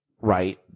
right